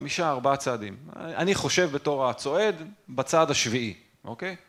נשאר ארבעה צעדים, אני חושב בתור הצועד, בצעד השביעי. אוקיי?